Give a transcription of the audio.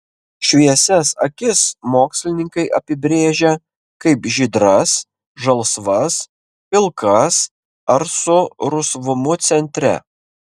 šviesias akis mokslininkai apibrėžia kaip žydras žalsvas pilkas ar su rusvumu centre